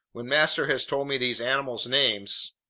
when master has told me these animals' names.